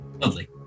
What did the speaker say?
Lovely